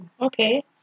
okay